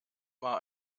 war